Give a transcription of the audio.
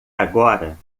agora